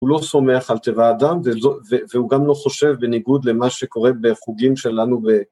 הוא לא סומך על טבע אדם והוא גם לא חושב בניגוד למה שקורה בחוגים שלנו